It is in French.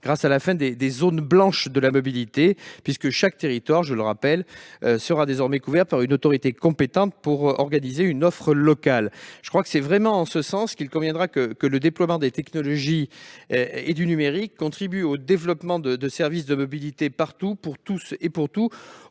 par la fin des zones blanches de la mobilité, puisque chaque territoire sera désormais couvert par une autorité compétente pour organiser une offre locale. C'est vraiment en ce sens que le déploiement des technologies et du numérique contribue au développement de services de mobilité partout, pour tous et pour tout,